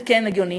זה כן הגיוני.